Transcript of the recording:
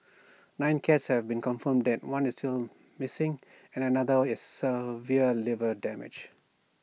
nine cats have been confirmed dead one is still missing and another severe liver damage